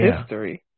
history